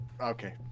Okay